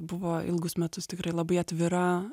buvo ilgus metus tikrai labai atvira